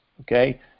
okay